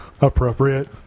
appropriate